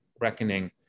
reckoning